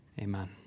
Amen